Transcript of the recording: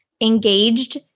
engaged